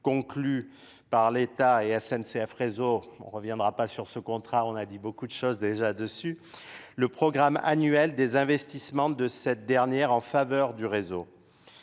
conclus par l'état et la n c f réseau on ne reviendra pas sur ce contrat, on a dit beaucoup de choses le programme annuel des investissements de cette dernière en faveur du réseau.